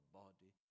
body